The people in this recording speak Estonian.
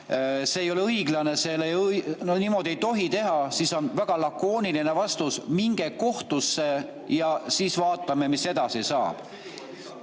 see ei ole õiglane, niimoodi ei tohi teha, siis on väga lakooniline vastus: minge kohtusse ja siis vaatame, mis edasi saab.